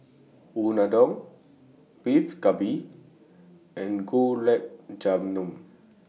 Unadon Beef Galbi and Gulab Jamun